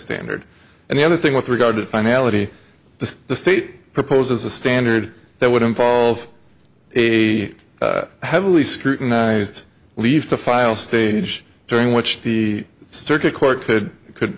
standard and the other thing with regard to finality the state proposes a standard that would involve a heavily scrutinized leave to file stage during which the circuit court could could